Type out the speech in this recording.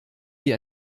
die